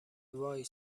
وای